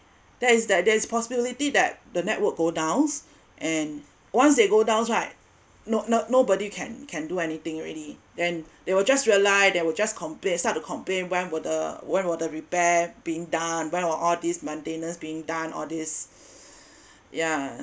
there is that there is possibility that the network go downs and once they go downs right not no nobody can can do anything already then they will just rely they will just complain start to complain when whether when whether repair being done by of all these maintenance being done all these ya